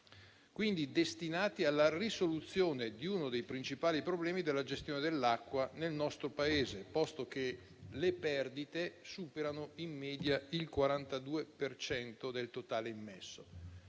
sono destinati alla risoluzione di uno dei principali problemi della gestione dell'acqua nel nostro Paese, visto che le perdite superano in media il 42 per cento del totale immesso.